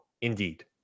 indeed